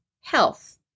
health